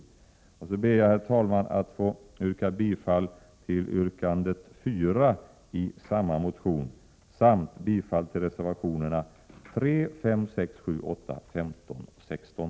Jag ber också, herr talman, att få yrka bifall till yrkande 4 i samma motion samt bifall till reservationerna 3, 5, 6, 7, 8, 15 och 16.